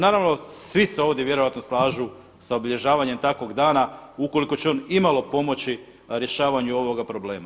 Naravno svi se ovdje vjerojatno slažu sa obilježavanjem takvog dana ukoliko će on imalo pomoći rješavanju ovoga problema,